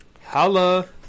Holla